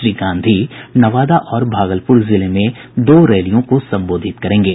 श्री गांधी नवादा और भागलपुर जिलों में दो रैलियों को संबोधित करेंगे